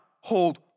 hold